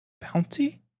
bounty